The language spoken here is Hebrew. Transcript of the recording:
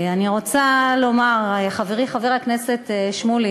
אני רוצה לומר, חברי חבר הכנסת שמולי,